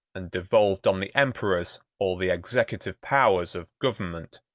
and devolved on the emperors all the executive powers of government.